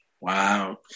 Wow